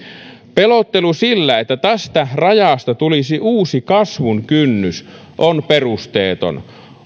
pelottelu sillä että tästä rajasta tulisi uusi kasvun kynnys on perusteeton